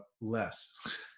less